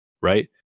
right